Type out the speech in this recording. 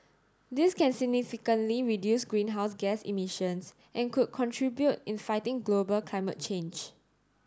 this can significantly reduce greenhouse gas emissions and could contribute in fighting global climate change